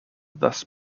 thus